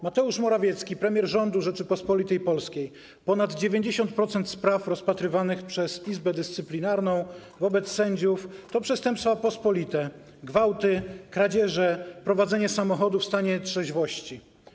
Mateusz Morawiecki, premier rządu Rzeczypospolitej Polskiej: ponad 90% spraw rozpatrywanych przez Izbę Dyscyplinarną wobec sędziów to przestępstwa pospolite, gwałty, kradzieże, prowadzenie samochodu w stanie nietrzeźwości.